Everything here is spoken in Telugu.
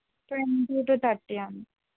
twenty two థర్టీయా